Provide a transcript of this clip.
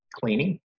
cleaning